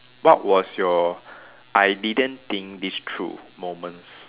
what was your I didn't think this through moments